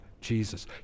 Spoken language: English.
Jesus